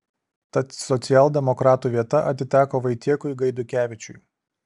tad socialdemokratų vieta atiteko vaitiekui gaidukevičiui